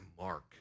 Mark